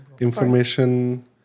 information